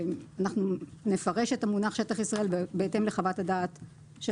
אנחנו נפרש את המונח "שטח ישראל" בהתאם לחוות הדעת של